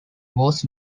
was